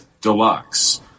deluxe